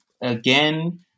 again